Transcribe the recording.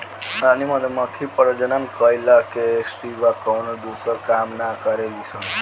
रानी मधुमक्खी प्रजनन कईला के सिवा कवनो दूसर काम ना करेली सन